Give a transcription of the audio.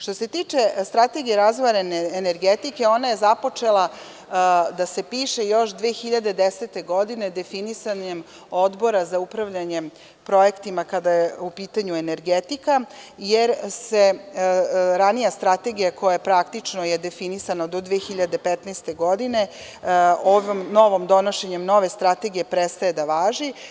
Što se tiče Strategije razvoja energetike, ona je započela da se piše još 2010. godine definisanjem Odbora za upravljanje projektima kada je u pitanju energetika jer ranija strategija koja je praktično definisana do 2015. godine donošenjem nove strategije prestaje da važi.